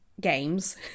games